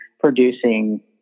producing